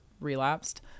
relapsed